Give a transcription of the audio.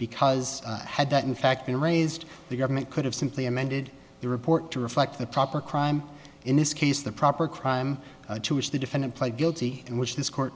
because had that in fact been raised the government could have simply amended the report to reflect the proper crime in this case the proper crime to which the defendant pled guilty and which this court